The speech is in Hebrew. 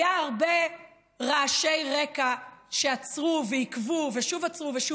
היו הרבה רעשי רקע שעצרו ועיכבו ושוב עצרו ושוב